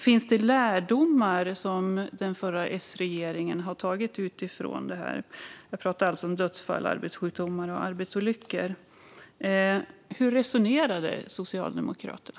Finns det lärdomar som den förra S-regeringen har dragit utifrån detta? Jag pratar alltså om dödsfall, arbetssjukdomar och arbetsolyckor. Hur resonerade Socialdemokraterna?